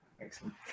excellent